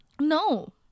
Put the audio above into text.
no